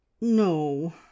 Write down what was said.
no